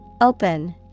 Open